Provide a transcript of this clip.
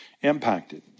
impacted